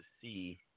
see